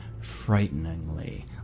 frighteningly